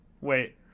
Wait